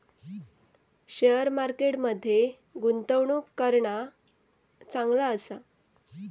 share market मध्ये गुंतवणूक करणा चांगला आसा